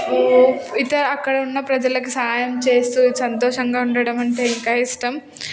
ఇంకా అక్కడ ఉన్న ప్రజలకు సహాయం చేస్తూ సంతోషంగా ఉండడం అంటే ఇంకా ఇష్టం